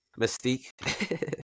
mystique